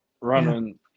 running –